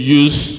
use